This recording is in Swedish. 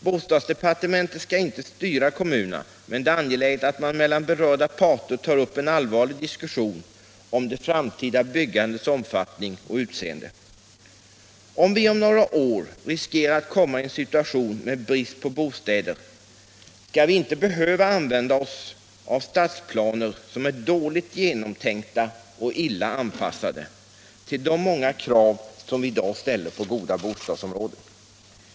Bostadsdepartementet skall inte styra kommunerna, men det är angeläget att man mellan de berörda tar upp en allvarlig diskussion om det framtida byggandets omfattning och utseende. Om vi om några år riskerar att komma i en situation med brist på bostäder skall vi inte behöva använda stadsplaner som är dåligt genomtänkta och illa anpassade till de många krav vi i dag ställer på goda bostadsområden.